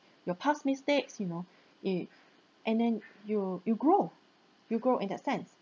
your past mistakes you know it and then you you grow you grow in that sense